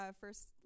first